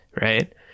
right